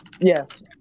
Yes